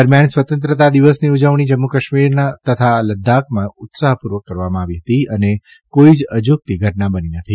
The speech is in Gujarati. દરમિયાન સ્વતંત્રતા દિવસની ઉજવણી જમ્મુકાશ્મીર તથા લદ્દાખમાં ઉત્સાહપૂર્વક કરવામાં આવી અને કોઇ જ અજૂગતી ઘટના બની નથી